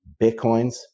Bitcoins